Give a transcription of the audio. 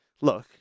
Look